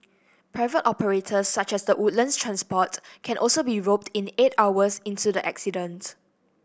private operators such as the Woodlands Transport can also be roped in eight hours into the accident